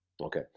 Okay